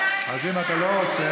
אז אם אתה לא רוצה,